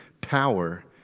power